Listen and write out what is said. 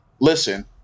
listen